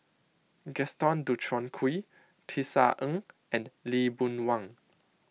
Gaston Dutronquoy Tisa Ng and Lee Boon Wang